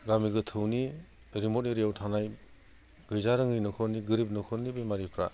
गामि गोथौनि रिमत एरियायाव थानाय गैजारोङै न'खरनि गोरिब न'खरनि बेमारिफ्रा